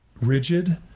rigid